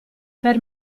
per